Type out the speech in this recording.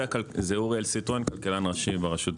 אוריאל סיטרואן, כלכלן ראשי ברשות לתחרות.